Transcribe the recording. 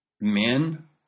men